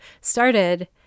started